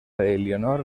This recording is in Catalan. elionor